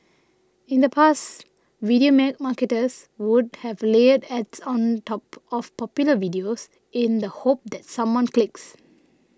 in the past video may marketers would have layered ads on top of popular videos in the hope that someone clicks